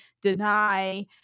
deny